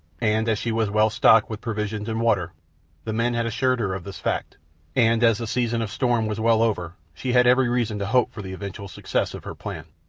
and as she was well stocked with provisions and water the men had assured her of this fact and as the season of storm was well over, she had every reason to hope for the eventual success of her plan.